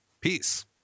peace